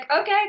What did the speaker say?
okay